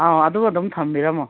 ꯑꯧ ꯑꯗꯨ ꯑꯗꯨꯝ ꯊꯝꯕꯤꯔꯝꯃꯣ